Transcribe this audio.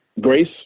Grace